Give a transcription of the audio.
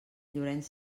llorenç